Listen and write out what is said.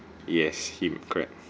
yes him correct